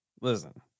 Listen